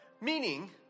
meaning